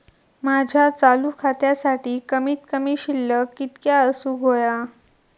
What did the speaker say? माझ्या चालू खात्यासाठी कमित कमी शिल्लक कितक्या असूक होया?